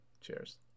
Cheers